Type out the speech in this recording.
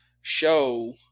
show